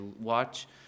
watch